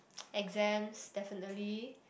exams definitely